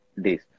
days